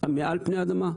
מעל פני האדמה.